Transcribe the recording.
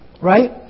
Right